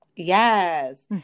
Yes